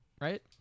right